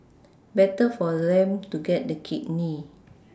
better for them to get the kidney